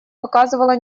показывало